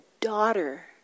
daughter